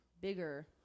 bigger